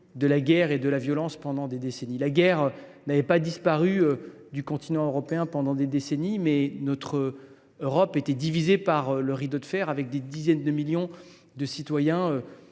de la guerre et de la violence pendant des décennies. La guerre n’avait pas disparu du continent pendant des décennies, mais notre Europe était divisée par le rideau de fer avec des dizaines de millions de citoyens